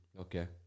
okay